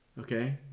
Okay